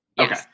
Okay